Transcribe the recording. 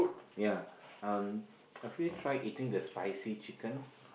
ya um have you tried eating the spicy chicken